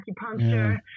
Acupuncture